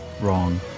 wrong